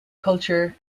culture